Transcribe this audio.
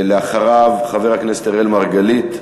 אחריו, חבר הכנסת אראל מרגלית,